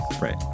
Right